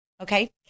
okay